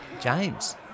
James